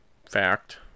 Fact